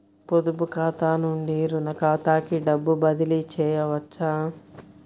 పొదుపు ఖాతా నుండీ, రుణ ఖాతాకి డబ్బు బదిలీ చేయవచ్చా?